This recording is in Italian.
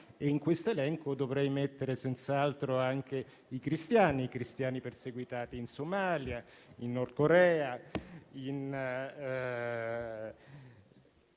E in questo elenco dovrei mettere senz'altro anche i cristiani perseguitati in Somalia, in Nord Corea, nelle